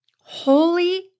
Holy